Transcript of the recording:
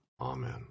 amen